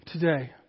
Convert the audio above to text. today